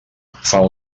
fan